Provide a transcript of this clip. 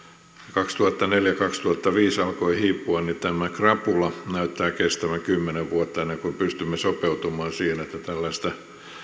kaksituhattaneljä viiva kaksituhattaviisi alkoi hiipua tämä krapula näyttää kestävän kymmenen vuotta ennen kuin pystymme sopeutumaan siihen että tällaista